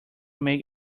make